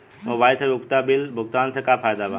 Mobile से उपयोगिता bill भुगतान से का फायदा बा?